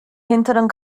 hinteren